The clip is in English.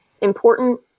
important